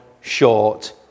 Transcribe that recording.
short